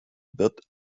wird